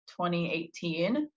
2018